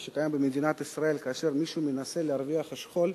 שקיים במדינת ישראל כאשר מישהו מנסה "להרוויח" מהשכול,